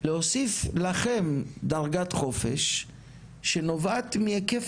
להוסיף לכם דרגת חופש שנובעת מהיקף